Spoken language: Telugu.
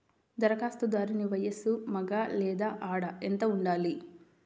ధరఖాస్తుదారుని వయస్సు మగ లేదా ఆడ ఎంత ఉండాలి?